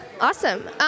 Awesome